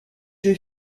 jeu